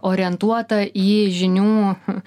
orientuota į žinių